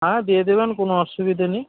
হ্যাঁ দিয়ে দেবেন কোনো অসুবিধে নেই